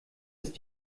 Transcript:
ist